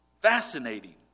fascinating